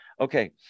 Okay